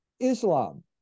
islam